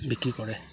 বিক্ৰী কৰে